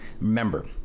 Remember